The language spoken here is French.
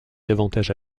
davantage